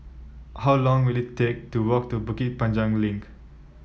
how long will it take to walk to Bukit Panjang Link